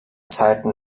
zeiten